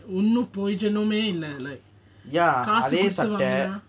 என்னபிரயஜனமேஇல்லஎனக்கு:enna prayajaname illa enakku